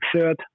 third